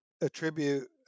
attribute